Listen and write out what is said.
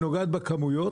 היא נוגעת בכמויות,